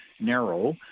narrow